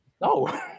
No